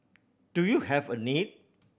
do you have a need